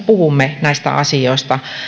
puhumme näistä asioista